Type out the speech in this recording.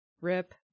Rip